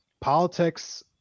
politics